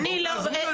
אני לא מבין.